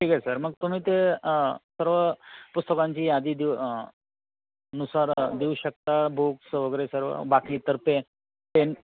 ठीक आहे सर मग तुम्ही ते सर्व पुस्तकांची यादी देऊ नुसार देऊ शकता बुक्स वगैरे सर्व बाकी तर पे पेन